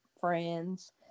friends